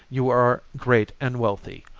you are great and wealthy.